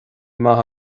maith